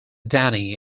danny